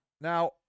Now